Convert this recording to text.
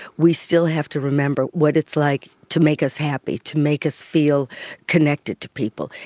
we still have to remember what it's like to make us happy, to make us feel connected to people.